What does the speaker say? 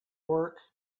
work